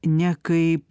ne kaip